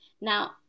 Now